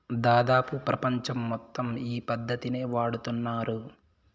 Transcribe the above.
దాదాపు ప్రపంచం మొత్తం ఈ పద్ధతినే వాడుతున్నారు